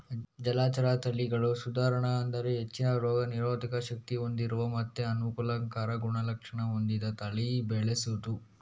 ಜಲಚರ ತಳಿಗಳ ಸುಧಾರಣೆ ಅಂದ್ರೆ ಹೆಚ್ಚಿನ ರೋಗ ನಿರೋಧಕ ಶಕ್ತಿ ಹೊಂದಿರುವ ಮತ್ತೆ ಅನುಕೂಲಕರ ಗುಣಲಕ್ಷಣ ಹೊಂದಿದ ತಳಿ ಬೆಳೆಸುದು